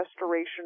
restoration